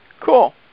Cool